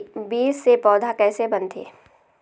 बीज से पौधा कैसे बनथे?